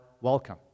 welcome